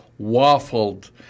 waffled